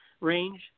range